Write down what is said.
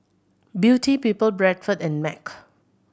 Beauty People Bradford and MAG